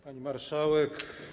Pani Marszałek!